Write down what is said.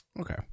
Okay